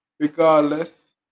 Regardless